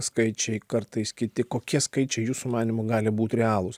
skaičiai kartais kiti kokie skaičiai jūsų manymu gali būt realūs